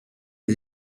des